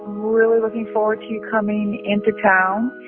really looking forward to you coming into town.